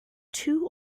two